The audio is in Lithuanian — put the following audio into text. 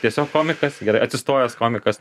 tiesiog komikas atsistojęs komikas